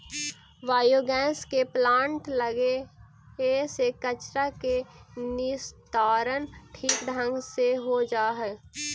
biogas के plant लगे से कचरा के निस्तारण ठीक ढंग से हो जा हई